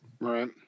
Right